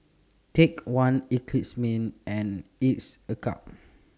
Take one Eclipse Mints and A Cup